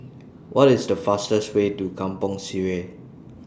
What IS The fastest Way to Kampong Sireh